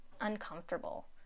uncomfortable